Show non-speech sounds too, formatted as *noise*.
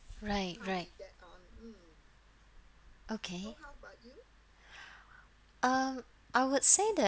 right right okay *breath* um I would say that